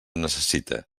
necessite